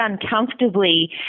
uncomfortably